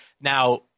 now